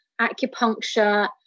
acupuncture